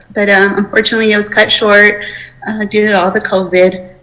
but ah unfortunately it was cut short due to all the covid